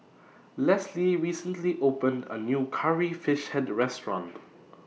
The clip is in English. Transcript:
Leslie recently opened A New Curry Fish Head Restaurant